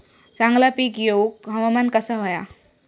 चांगला पीक येऊक हवामान कसा होया?